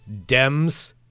dems